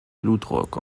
blutdruck